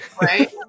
Right